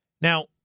Now